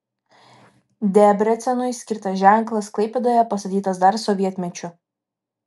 debrecenui skirtas ženklas klaipėdoje pastatytas dar sovietmečiu